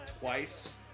twice